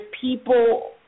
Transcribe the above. people